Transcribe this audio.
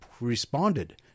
responded